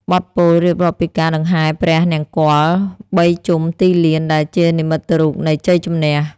បទពោលរៀបរាប់ពីការដង្ហែព្រះនង្គ័លបីជុំទីលាន ដែលជានិមិត្តរូបនៃជ័យជំនះ។